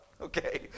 Okay